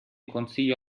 consiglio